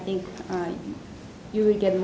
think you would get